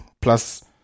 plus